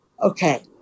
okay